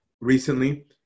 recently